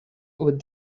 with